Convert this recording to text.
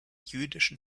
jüdischen